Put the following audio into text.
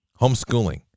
Homeschooling